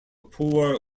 poor